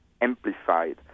amplified